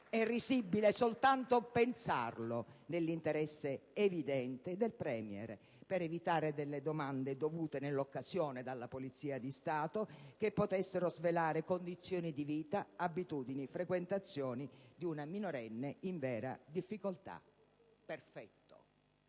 È risibile soltanto pensarlo! È stato nell'interesse evidente del Premier, per evitare domande dovute nell'occasione dalla Polizia di Stato che potessero svelare condizioni di vita, abitudini e frequentazioni di una minorenne in vera difficoltà. Perfetto!